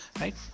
right